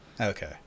okay